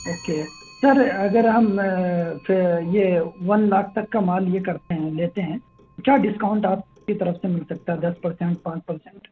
okay sir اگر ہم یہ ون لاکھ تک کا مال یہ کرتے ہیں لیتے ہیں تو کیا ڈسکاؤنٹ آپ کی طرف سے مل سکتا ہے دس پرسنٹ پانچ پرسنٹ